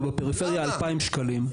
ובפריפריה 2,000 שקלים.